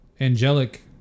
angelic